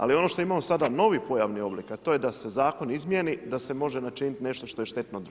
Ali ono što imamo sada novi pojavni oblik, a to je da se zakon izmjeni, da se može načiniti nešto što je štetno društvu.